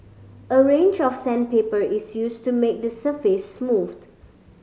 a range of sandpaper is used to make the surface smooth